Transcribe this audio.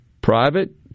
private